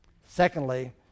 Secondly